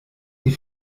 die